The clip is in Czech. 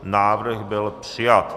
Návrh byl přijat.